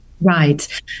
Right